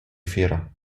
fiera